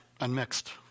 unmixed